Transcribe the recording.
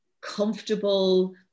comfortable